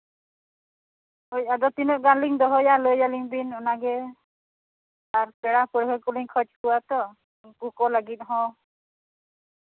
ᱟᱫᱚ ᱛᱤᱱᱟᱹᱜ ᱜᱟᱱ ᱞᱤᱧ ᱫᱚᱦᱚᱭᱟ ᱞᱟᱹᱭ ᱟᱹᱞᱤᱧ ᱵᱤᱱ ᱚᱱᱟᱜᱮ ᱟᱨ ᱯᱮᱲᱟ ᱯᱟᱹᱲᱦᱟᱹ ᱠᱚᱞᱤᱧ ᱠᱷᱚᱡᱽ ᱠᱚᱣᱟ ᱛᱚ ᱩᱱᱠᱩ ᱠᱚ ᱞᱟᱹᱜᱤᱫ ᱦᱚᱸ